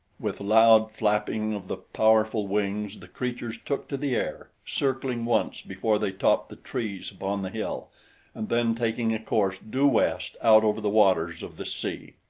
with loud flapping of the powerful wings the creatures took to the air, circling once before they topped the trees upon the hill and then taking a course due west out over the waters of the sea.